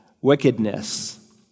wickedness